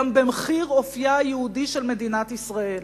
גם במחיר אופיה היהודי של מדינת ישראל,